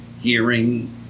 hearing